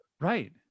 right